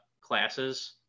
classes